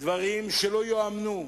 דברים שלא ייאמנו,